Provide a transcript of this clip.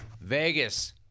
Vegas